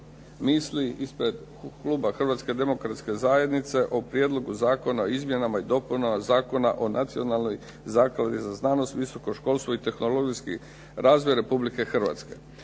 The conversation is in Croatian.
misli ispred kluba Hrvatske demokratske zajednice o Prijedlogu zakona o izmjenama i dopunama Zakona o Nacionalnoj zakladi za znanost, visoko školstvo i tehnologijski razvoj Republike Hrvatske.